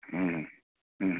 ہوں ہوں